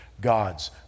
god's